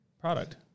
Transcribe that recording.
product